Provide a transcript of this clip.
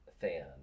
fan